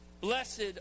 blessed